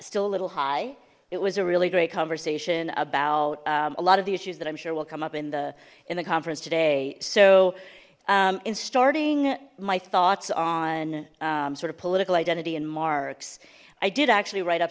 still a little high it was a really great conversation about a lot of the issues that i'm sure will come up in the in the conference today so in starting my thoughts on sort of political identity in marks i did actually write up